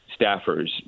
staffers